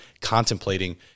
contemplating